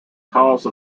cause